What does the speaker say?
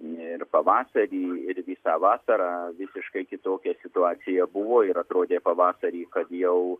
ir pavasarį ir visą vasarą visiškai kitokia situacija buvo ir atrodė pavasarį kad jau